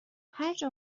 هرجا